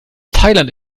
thailand